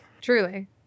truly